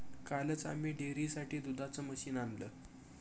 कालच आम्ही डेअरीसाठी दुधाचं मशीन आणलं